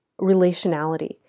relationality